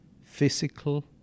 physical